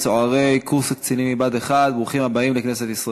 אני אבוא לוועדה עם ספר היסטוריה